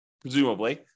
presumably